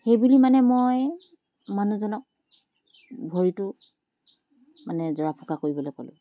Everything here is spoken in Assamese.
সেই বুলি মানে মই মানুহজনক ভৰিটো মানে জৰা ফুকা কৰিবলৈ দিলোঁ